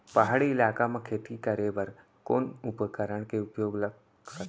पहाड़ी इलाका म खेती करें बर कोन उपकरण के उपयोग ल सकथे?